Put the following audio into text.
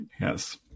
Yes